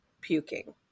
puking